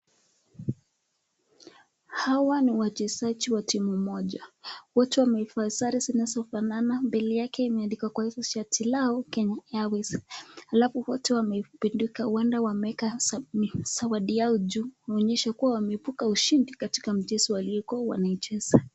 Hawa ni wachezaji wa timu moja wote wamevaa sare zinazofanana mbele yake imeandikwa kwa hivyo shati lao Kenya Airways alafu wote wamependuka huenda wameweka zawadi yao juu kuonyesha kuwa wameepuka ushindi katika mchezo waliokuwa wanaicheza.